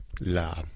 la